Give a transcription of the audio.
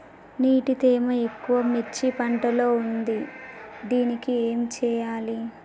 నీటి తేమ ఎక్కువ మిర్చి పంట లో ఉంది దీనికి ఏం చేయాలి?